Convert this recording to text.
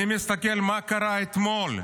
אני מסתכל על מה שקרה אתמול.